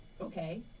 Okay